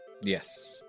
Yes